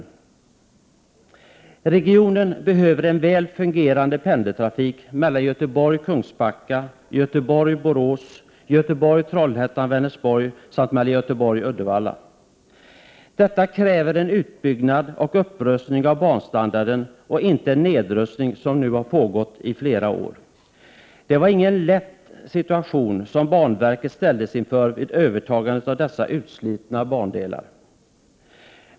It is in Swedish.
Göteborgsregionen behöver en väl fungerande pendeltrafik på sträckorna Göteborg-Kungsbacka, Göteborg-Borås, Göteborg-Trollhättan/Vänersborg samt Göteborg-Uddevalla. Det krävs således både en utbyggnad och en upprustning av banstandarden. Det skall alltså inte ske någon nedrustning, som varit fallet under flera år. Det var ingen lätt uppgift som banverket ställdes inför vid övertagandet av dessa utslitna bandelar.